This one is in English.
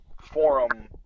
forum